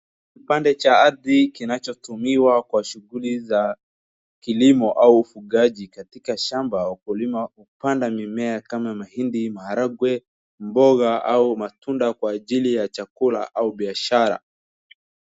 Kipande cha ardhi kinachotumiwa kwa shughuli za kilimo au ufugaji. Katika shamba, wakulima wamepanda mimea kama mahindi, maharagwe, mboga au matunda kwa ajili ya chakula au biashara.